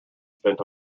spent